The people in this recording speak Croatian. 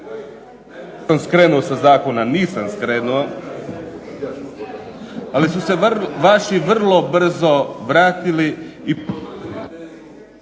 Damir (IDS)** Nisam skrenuo, ali su se vaši vrlo brzo vratili...